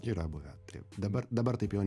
yra buvę taip dabar dabar taip jau